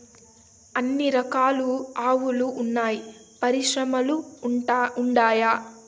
ఎన్ని రకాలు ఆవులు వున్నాయి పరిశ్రమలు ఉండాయా?